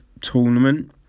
tournament